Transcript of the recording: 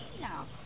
now